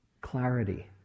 clarity